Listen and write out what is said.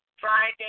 Friday